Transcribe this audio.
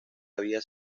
había